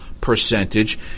percentage